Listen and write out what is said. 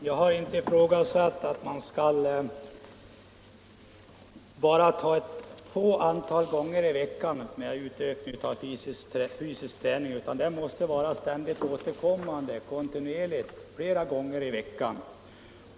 Herr talman! Jag utgår från att fysisk träning skall förekomma i skolan inte bara några få gånger i veckan utan att det skall vara en kontinuerlig träning flera gånger varje vecka.